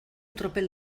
tropel